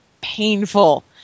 painful